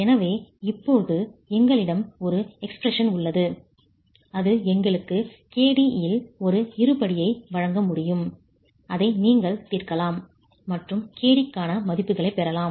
எனவே இப்போது எங்களிடம் ஒரு எக்ஸ்ப்ரெஷன் உள்ளது அது எங்களுக்கு kd இல் ஒரு இருபடியை வழங்க முடியும் அதை நீங்கள் தீர்க்கலாம் மற்றும் kd க்கான மதிப்புகளைப் பெறலாம்